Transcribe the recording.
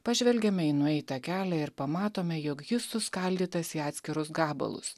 pažvelgiame į nueitą kelią ir pamatome jog jis suskaldytas į atskirus gabalus